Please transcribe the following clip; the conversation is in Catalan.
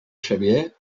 xavier